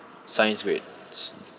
science grade